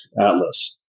atlas